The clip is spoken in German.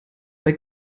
bei